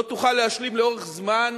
לא תוכל להשלים לאורך זמן